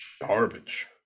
garbage